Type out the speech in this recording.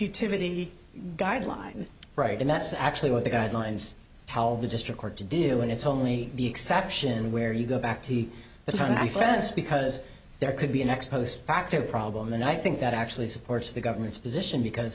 utility guideline right and that's actually what the guidelines tell the district court to do and it's only the exception where you go back to the time i first because there could be an ex post facto problem and i think that actually supports the government's position because